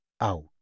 out